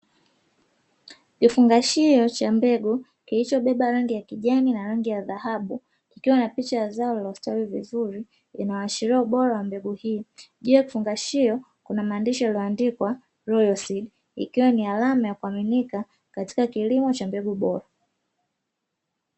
Kifungashio cha mbegu kilichobeba rangi ya kijani na rangi ya dhahabu kukiwa na picha ya zao lililostawi vizuri kuashiria ubora wa mbegu hiyo. Juu ya kifungashio kuna maandishi yaliyo andikwa ''Rolay seed'' ikiwa ni alama ya kuaminika katika kilimo cha mbegu bora.